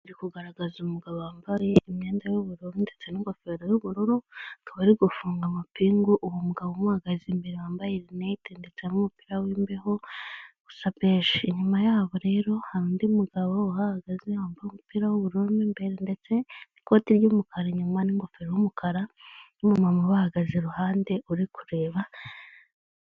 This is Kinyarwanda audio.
Ari kugaragaza umugabo wambaye imyenda y'ubururu ndetse n'ingofero y'ubururu akaba ari gufunga amapingu uwo mugabo umuhagaze imbere wambaye linete ndetse n'umupira wimbeho usa beje, inyuma yabo rero hari undi mugabo uhagaze wambaye umupira w'ubururu mu imbere ndetse n'ikoti ry'umukara inyuma n'ingofero y'umukara n'umumama ubahagaze iruhande uri kureba.